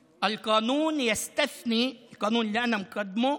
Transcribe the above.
תרגומם: מי שיש לו חוב מזונות,